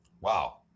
Wow